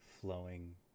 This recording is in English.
flowing